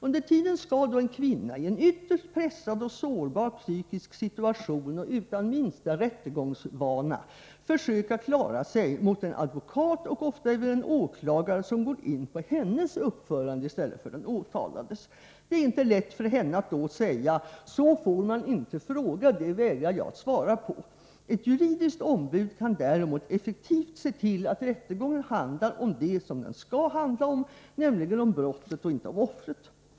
Under tiden skall en kvinna, i en ytterst pressad och sårbar psykisk situation och utan minsta rättegångsvana, försöka klara sig mot en advokat och ofta även en åklagare, som går in på hennes uppförande i stället för den åtalades. Det är inte lätt för henne att då säga: Så får man inte fråga. Det vägrar jag att svara på. Ett juridiskt ombud kan däremot effektivt se till att rättegången handlar om det den skall handla om, nämligen om brottet, och inte om offret.